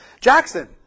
Jackson